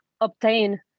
obtain